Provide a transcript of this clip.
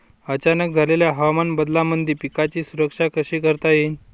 अचानक झालेल्या हवामान बदलामंदी पिकाची सुरक्षा कशी करता येईन?